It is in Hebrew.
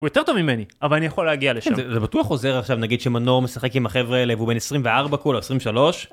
הוא יותר טוב ממני אבל אני יכול להגיע לשם. כן, זה בטוח עוזר עכשיו נגיד שמנור משחק עם החבר'ה האלה והוא בן 24 כולה, 23.